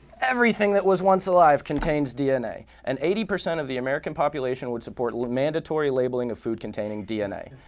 everything that was once alive contains dna, and eighty percent of the american population would support mandatory labeling of food containing dna.